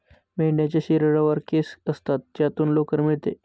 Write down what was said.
मेंढ्यांच्या शरीरावर केस असतात ज्यातून लोकर मिळते